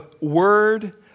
word